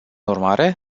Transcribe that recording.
urmare